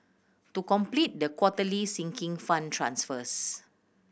to complete the quarterly Sinking Fund transfers